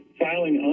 filing